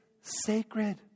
sacred